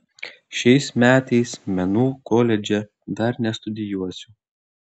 šiais metais menų koledže dar nestudijuosiu